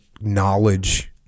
knowledge